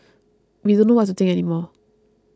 we don't know what to think any more